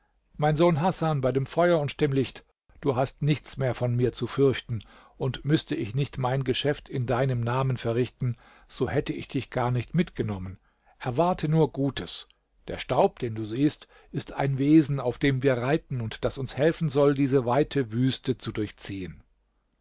mein sohn hasan bei dem feuer und dem licht du hast nichts mehr von mir zu fürchten und müßte ich nicht mein geschäft in deinem namen verrichten so hätte ich dich gar nicht mitgenommen erwarte nur gutes der staub den du siehst ist ein wesen auf dem wir reiten und das uns helfen soll diese weite wüste zu durchziehen